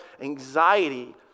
Anxiety